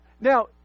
Now